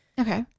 Okay